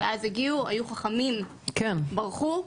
היו חכמים וברחו.